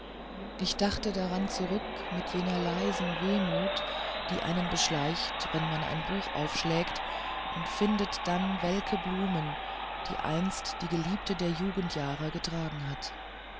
ich dachte daran zurück mit jener leisen wehmut wie sie einen beschleicht wenn man ein buch aufschlägt und findet dann welke blumen die einst die geliebte der jugendjahre getragen hat